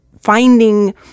finding